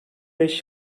beş